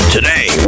Today